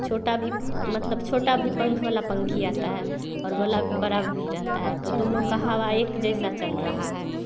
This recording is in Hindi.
छोटा भी मतलब छोटा भी पंख वाला पंखी आता है और वो वाला बड़ा भी रहता है तो दोनों की हवा एक जैसा चल रहा है